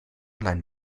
online